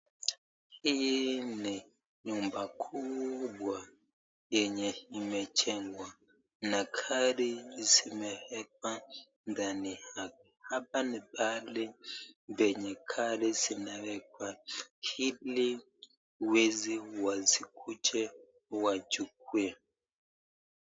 Hii ni nyumba kubwa ambayo imejengwa na gari zimewekwa ndani lake. Hapa ni pahali penye gari zinawekwa ili wezi wasikuje wachukue.